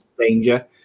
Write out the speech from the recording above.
danger